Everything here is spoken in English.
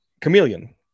chameleon